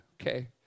okay